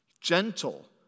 Gentle